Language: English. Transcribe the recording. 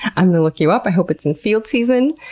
i'm gonna look you up, i hope it's in field season.